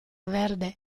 verde